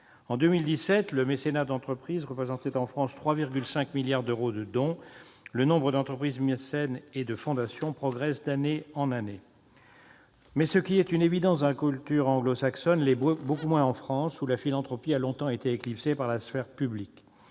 En 2017, le mécénat d'entreprise représentait en France 3,5 milliards d'euros de dons. Le nombre d'entreprises mécènes et de fondations progresse année après année. Reste que ce qui est une évidence dans la culture anglo-saxonne l'est beaucoup moins en France, où la philanthropie a longtemps été éclipsée par la sphère publique.